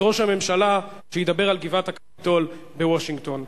את ראש הממשלה שידבר על גבעת-הקפיטול בוושינגטון.